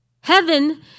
Heaven